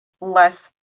less